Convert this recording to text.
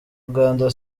uganda